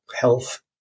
health